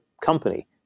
company